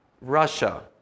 Russia